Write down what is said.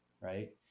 right